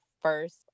first